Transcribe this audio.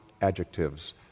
adjectives